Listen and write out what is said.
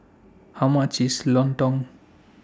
How much IS Lontong